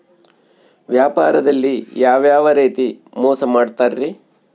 ವ್ಯಾಪಾರದಲ್ಲಿ ಯಾವ್ಯಾವ ರೇತಿ ಮೋಸ ಮಾಡ್ತಾರ್ರಿ?